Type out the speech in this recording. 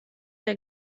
der